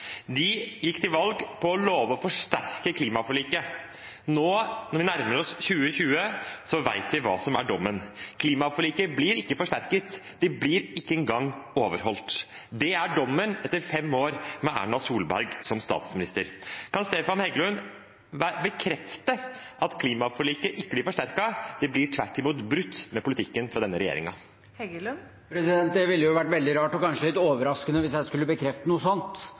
De gikk til valg på å love å forsterke klimaforliket. Når vi nå nærmer oss 2020, vet vi hva som er dommen. Klimaforliket blir ikke forsterket. Det blir ikke engang overholdt. Det er dommen etter fem år med Erna Solberg som statsminister. Kan Stefan Heggelund bekrefte at klimaforliket ikke blir forsterket, men tvert imot brutt med politikken fra denne regjeringen? Det ville vært veldig rart og kanskje litt overraskende hvis jeg skulle bekrefte noe sånt.